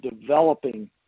developing